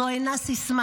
זו אינה סיסמה,